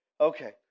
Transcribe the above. Okay